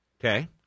Okay